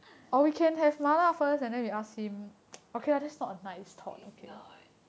is not